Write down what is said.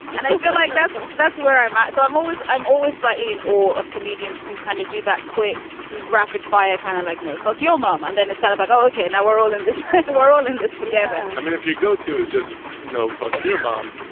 and i feel like that's that's where i'm at so i'm always i'm always slightly in awe of comedians who kind of do that quick rapid fire kind of like, no, fuck your mom. and then it's kind of like, okay, now we're all in this we're all in this together i mean, if you go to is just no, fuck your mom,